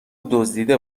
دزدیده